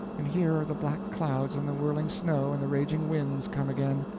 and here are the black clouds and the whirling snow and the raging winds come again!